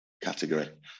category